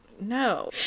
no